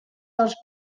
dels